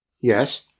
Yes